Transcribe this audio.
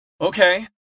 okay